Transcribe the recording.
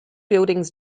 buildings